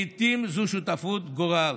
לעיתים זו שותפות גורל,